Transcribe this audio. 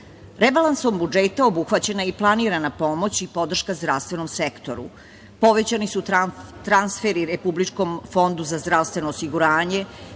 rebalansa. Rebalansom budžeta obuhvaćena je i planirana pomoć i podrška zdravstvenom sektoru. Povećani su transferi Republičkom fondu za zdravstveno osiguranje,